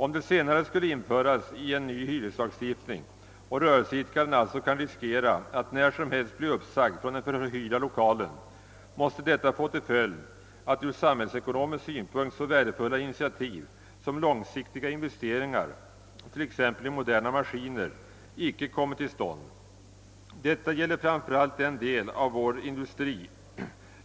Om det senare skulle införas i en ny hyreslagstiftning och rörelseidkaren alltså kunde riskera att när som helt bli uppsagd från den förhyrda lokalen, måste detta få till följd att ur samhällsekonomisk synpunkt så värdefulla initiativ som långsiktiga investeringar, t.ex. i moderna maskiner, icke komme till stånd. Detta gäller framför allt den del av vår industri